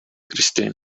christian